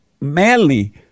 manly